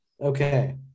Okay